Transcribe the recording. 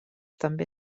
també